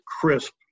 crisp